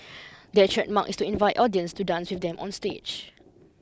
their trademark is to invite audience to dance with them onstage